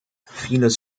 vieles